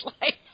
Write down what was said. life